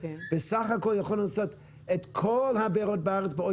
בסך הכל יכולנו לעשות את כל הבארות בארץ בעוד